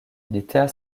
militaire